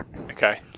okay